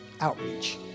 outreach